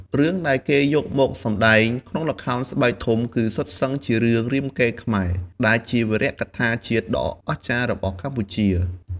រឿងដែលគេយកមកសម្តែងក្នុងល្ខោនស្បែកធំគឺសុទ្ធសឹងជារឿង រាមកេរ្តិ៍ខ្មែរ ដែលជាវីរកថាជាតិដ៏អស្ចារ្យរបស់កម្ពុជា។